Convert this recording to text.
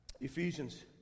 ephesians